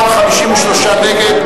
משרד התעשייה,